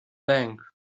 bank